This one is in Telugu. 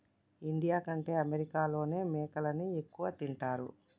ఇండియా కంటే అమెరికాలోనే మేకలని ఎక్కువ తింటారు